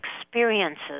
experiences